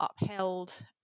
upheld